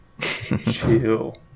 Chill